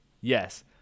yes